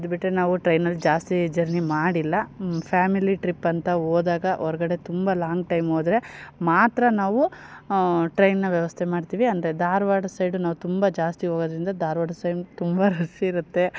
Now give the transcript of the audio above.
ಅದು ಬಿಟ್ಟರೆ ನಾವು ಟ್ರೈನಲ್ಲಿ ಜಾಸ್ತಿ ಜರ್ನಿ ಮಾಡಿಲ್ಲ ಫ್ಯಾಮಿಲಿ ಟ್ರಿಪ್ಪಂತ ಹೋದಾಗ ಹೊರ್ಗಡೆ ತುಂಬ ಲಾಂಗ್ ಟೈಮ್ ಹೋದ್ರೆ ಮಾತ್ರ ನಾವು ಟ್ರೈನ್ನ ವ್ಯವಸ್ಥೆ ಮಾಡ್ತೀವಿ ಅಂದರೆ ಧಾರ್ವಾಡ ಸೈಡು ನಾವು ತುಂಬ ಜಾಸ್ತಿ ಹೋಗೋದ್ರಿಂದ ಧಾರ್ವಾಡ ಸೈಮ್ ತುಂಬ ರಶ್ ಇರುತ್ತೆ